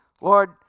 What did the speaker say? lord